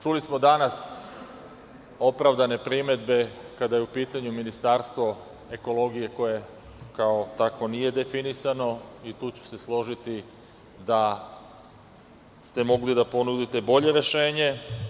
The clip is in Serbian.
Čuli smo danas opravdane primedbe kada je u pitanju Ministarstvo ekologije, koje kao takvo nije definisano i tu ću se složiti da ste mogli da ponudite bolje rešenje.